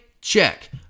Check